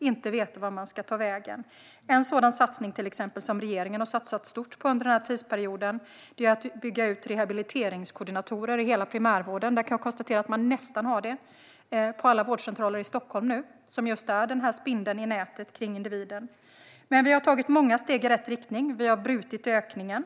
inte veta vart man ska ta vägen. Ett exempel på en stor satsning som regeringen har gjort under den här tidsperioden är att bygga ut rehabiliteringskoordinatorer, som just är spindeln i nätet kring individen, i hela primärvården. Jag kan konstatera att man har det på nästan alla vårdcentraler i Stockholm nu. Vi har tagit många steg i rätt riktning. Vi har brutit ökningen.